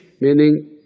meaning